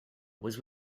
was